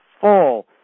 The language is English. full